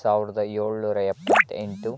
ಸಾವಿರದ ಏಳ್ನೂರ ಎಪ್ಪತ್ತು ಎಂಟು